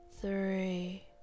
three